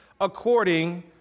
according